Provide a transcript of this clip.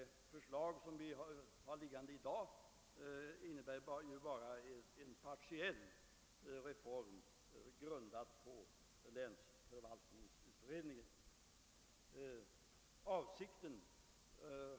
De förslag vi i dag har liggande på riksdagens bord innebär ju bara en partiell reform grundad på :länsförvaltningsutredningens förslag.